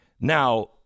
Now